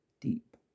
deep